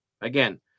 again